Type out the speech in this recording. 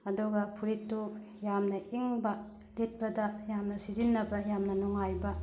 ꯑꯗꯨꯒ ꯐꯨꯔꯤꯠꯇꯨ ꯌꯥꯝꯅ ꯏꯪꯕ ꯂꯤꯠꯄꯗ ꯌꯥꯝꯅ ꯁꯤꯖꯤꯟꯅꯕ ꯌꯥꯝꯅ ꯅꯨꯡꯉꯥꯏꯕ